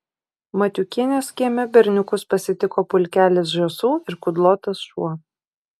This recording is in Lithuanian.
matiukienės kieme berniukus pasitiko pulkelis žąsų ir kudlotas šuo